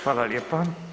Hvala lijepa.